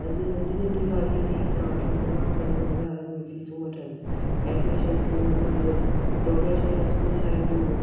अॼु नंढी नंढी ॻाल्हि जी फीस था वठनि तमामु घणी हज़ारनि में फ़िसूं वठनि एड्मिशन फियूं अलॻि डोनेशन स्कूल लाइ ॾियो